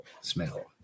Smell